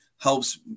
helps